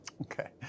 Okay